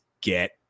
get